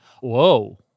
Whoa